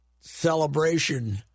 celebration